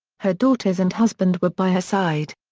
her daughters and husband were by her side.